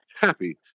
happy